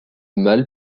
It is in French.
mâle